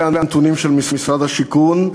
אלה הנתונים של משרד השיכון,